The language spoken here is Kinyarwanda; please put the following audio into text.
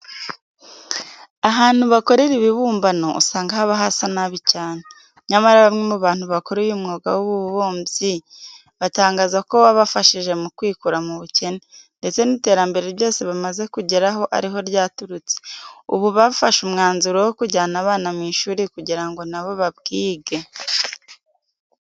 Ahantu bakorera ibibumbano usanga haba hasa nabi cyane. Nyamara bamwe mu bantu bakora uyu mwuga w'ububumbyi batangaza ko wabafashije mu kwikura mu bukene, ndetse n'iterambere ryose bamaze kugeraho ari ho ryaturutse. Ubu bafashe umwanzuro wo kujyana abana mu ishuri kugira ngo na bo bawige.